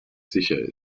sicher